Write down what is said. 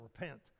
repent